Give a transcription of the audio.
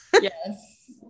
Yes